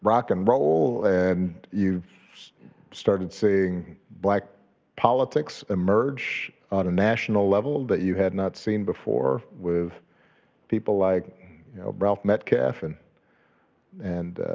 and roll. and you started seeing black politics emerge on a national level that you had not seen before with people like ralph metcalfe and and